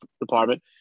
department